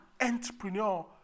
entrepreneur